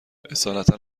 اصالتا